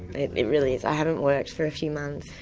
it really is. i haven't worked for a few months,